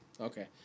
Okay